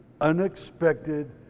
unexpected